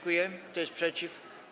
Kto jest przeciw?